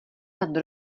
nad